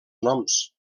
noms